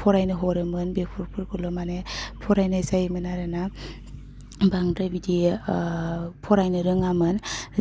फरायनो हरोमोन बेफोरफोरखौल' माने फरायनाय जायोमोन आरोना बांद्राय बिदि फरायनो रोङामोन